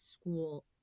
school